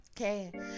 Okay